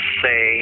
say